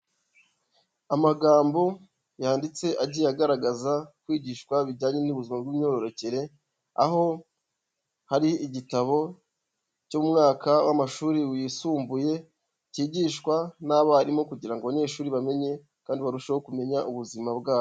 Amagambo yanditse agiye agaragaza kwigishwa bijyanye n'ubuzima bw'imyororokere, aho hari igitabo cy'umwaka w'amashuri wisumbuye cyigishwa n'abarimu kugira abanyeshuri bamenye kandi barusheho kumenya ubuzima bwabo.